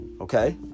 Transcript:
Okay